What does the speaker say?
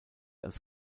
als